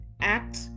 act